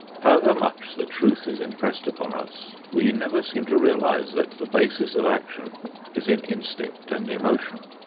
however much the truth is impressed upon us, we never seem to realize that the basis of action is in instinct and emotion.